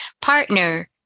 partner